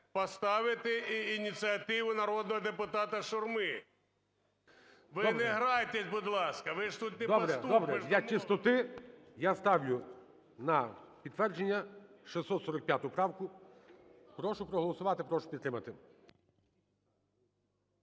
поставити ініціативу народного депутата Шурми. Ви не грайтесь, будь ласка, ви ж тут не... ГОЛОВУЮЧИЙ. Добре. Добре. Для чистоти я ставлю на підтвердження 645 правку, прошу проголосувати, прошу підтримати.